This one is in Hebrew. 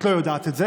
את לא יודעת את זה,